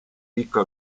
ricco